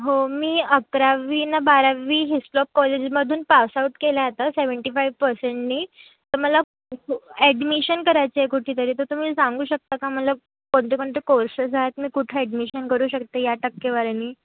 हो मी अकरावी ना बारावी हिस्लॉप कॉलेजमधून पासाउट केलं आहे आता सेव्हनटीफाईव्ह पर्सेंटने तर मला ॲडमिशन करायचं आहे कुठेतरी तर तुम्ही सांगू शकता का मला कोणते कोणते कोर्सेस आहेत मी कुठं ॲडमिशन करू शकते या टक्केवारीने